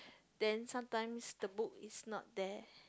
then sometimes the book is not there